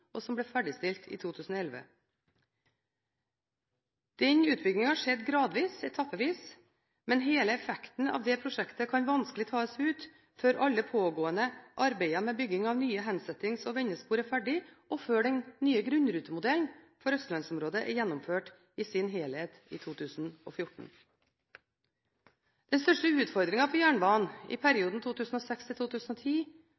2011. Den utbyggingen skjedde gradvis, etappevis, men hele effekten av det prosjektet kan vanskelig tas ut før alle pågående arbeider med bygging av nye hensettings- og vendespor er ferdig, og før den nye grunnrutemodellen for Østlandsområdet er gjennomført i sin helhet i 2014. Den største utfordringen for jernbanen i